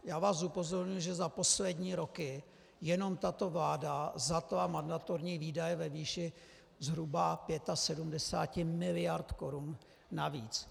Já vás upozorňuji, že za poslední roky jenom tato vláda zaťala mandatorní výdaje ve výši zhruba 75 miliard korun navíc.